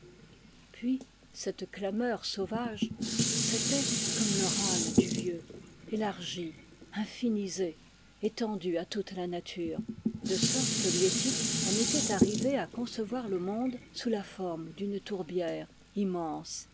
puis cette clameur sauvage c'était comme le râle du vieux f élargi infinisé étendu à toute la nature de sorte que liettik en était arrivée à concevoir le monde sous la forme d'une tourbière immense